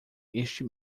este